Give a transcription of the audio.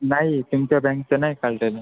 नाही तुमच्या बॅंकचं नाही काढलेलं